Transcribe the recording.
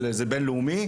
וזה בין-לאומי,